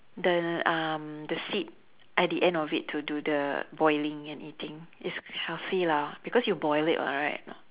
the um the seed at the end of it to do the boiling and eating it's healthy lah because you boil it [what] right or not